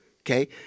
okay